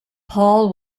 paul